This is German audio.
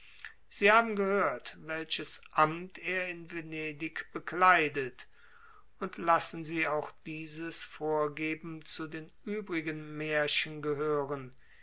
sie haben gehört welches amt er in venedig bekleidet und lassen sie auch dieses vorgeben zu den übrigen märchen gehören